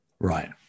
Right